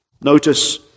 Notice